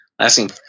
lasting